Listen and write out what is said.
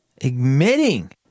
admitting